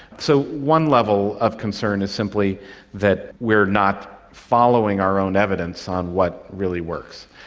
so one level of concern is simply that we are not following our own evidence on what really works.